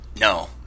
no